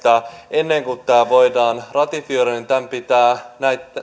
ennen kuin tämä voidaan ratifioida niin tämän pitää